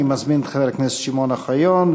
אני מזמין את חבר הכנסת שמעון אוחיון,